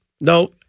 no